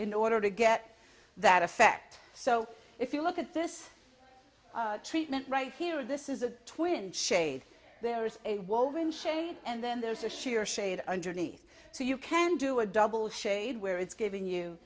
in order to get that effect so if you look at this treatment right here this is a twin shade there is a woven shade and then there's a sheer shade underneath so you can do a double shade where it's giving you